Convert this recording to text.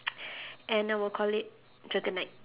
and I will call it dragonite